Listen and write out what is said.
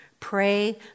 Pray